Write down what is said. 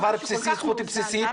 זכות בסיסית.